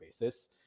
basis